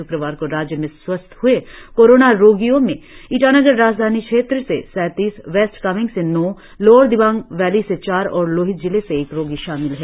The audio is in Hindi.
श्क्रवार को राज्य में स्वास्थ हए कोरोना रोगियों में ईटानगर राजधानी क्षेत्र से सैतालीस वेस्ट कामेंग से नौ लोअर दिवांग वैली से चार और लोहित जिले से एक रोगी शामिल है